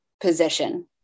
position